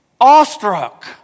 awestruck